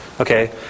Okay